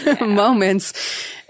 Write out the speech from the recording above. moments